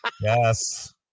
Yes